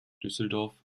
düsseldorf